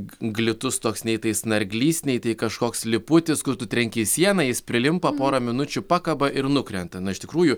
glitus toks nei tai snarglys nei kažkoks liputis kur tu trenki į sieną jis prilimpa porą minučių pakabą ir nukrenta na iš tikrųjų